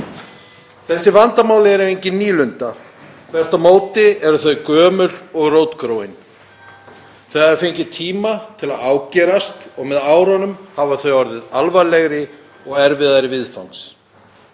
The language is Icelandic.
Þessi vandamál eru engin nýlunda. Þvert á móti eru þau gömul og rótgróin. Þau hafa fengið tíma til að ágerast og með árunum hafa þau orðið alvarlegri og erfiðari viðfangs.